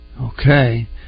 okay